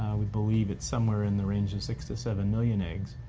we believe it's somewhere in the range of six to seven million eggs.